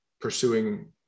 pursuing